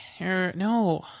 No